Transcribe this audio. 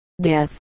death